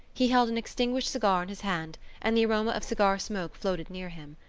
he held an extinguished cigar in his hand and the aroma of cigar smoke floated near him.